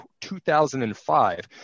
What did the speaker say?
2005